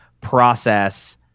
process